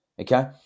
okay